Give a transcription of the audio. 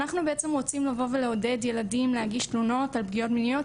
אנחנו בעצם רוצים לבוא ולעודד ילדים להגיש תלונות על פגיעות מיניות,